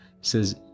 says